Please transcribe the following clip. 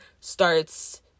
starts